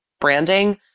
branding